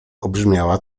obmierzła